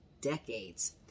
decades